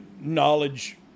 knowledge